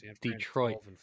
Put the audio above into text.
Detroit